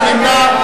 מי נמנע?